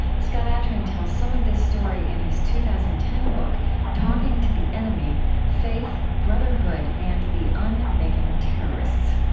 scott atran tells some of this story in his two thousand and ten book talking to the enemy faith, brotherhood, and the and making of terrorists.